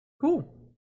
cool